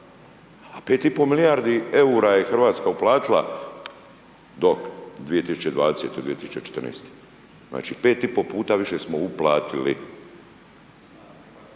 A 5,5 milijardi eura je Hrvatska uplatila do 2020. 2014. znači 5,5 puta više smo uplatili.